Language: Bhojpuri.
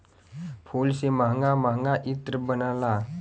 फूल से महंगा महंगा इत्र बनला